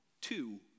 two